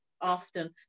often